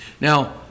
Now